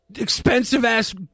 expensive-ass